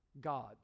God